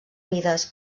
mides